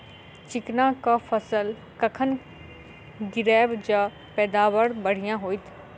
चिकना कऽ फसल कखन गिरैब जँ पैदावार बढ़िया होइत?